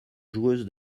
joueuse